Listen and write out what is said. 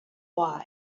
why